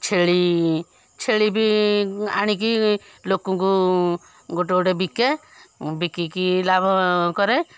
ଛେଳି ଛେଳି ବି ଆଣିକି ଲୋକଙ୍କୁ ଗୋଟେ ଗୋଟେ ବିକେ ବିକିକି ଲାଭ କରେ